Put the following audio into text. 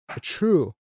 true